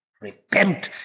Repent